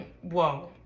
Whoa